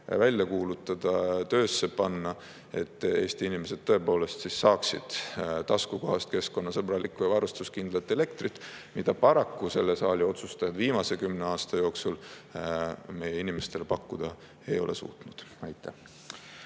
välja kuulutada, töösse panna, selleks et Eesti inimesed saaksid taskukohast, keskkonnasõbralikku ja varustuskindlat elektrit, mida paraku selle saali otsustajad viimase kümne aasta jooksul meie inimestele pakkuda ei ole suutnud. Aitäh!